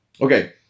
Okay